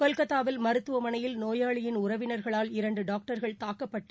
கொல்கத்தாவில் மருத்துவமனையில் நோயாளியின் உறவினா்களால் இரண்டு டாக்டர்கள் தாக்கப்பட்டு